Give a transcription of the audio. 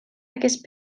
aquest